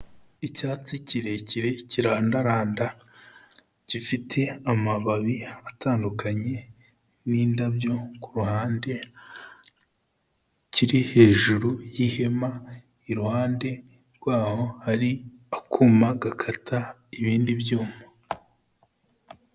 Icyatsi kirekire kirandaranda gifite amababi atandukanye n'indabyo ku ruhande, kiri hejuru y'ihema, iruhande rwaho hari akuma gakata ibindi byuma.